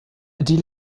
die